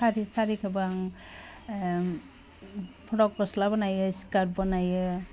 सारि सारिखौबो आं ओम प्रक गल्सा बनायो स्काट बनायो